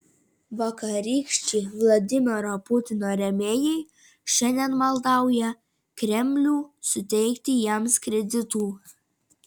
vakarykščiai vladimiro putino rėmėjai šiandien maldauja kremlių suteikti jiems kreditų